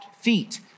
feet